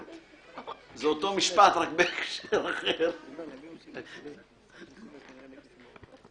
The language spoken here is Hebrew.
אבל אחוזי אי התשלום הם גבוהים